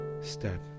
step